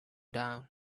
down